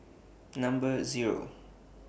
Number Zero